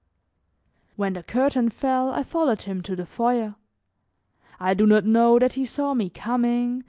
when the curtain fell, i followed him to the foyer i do not know that he saw me coming,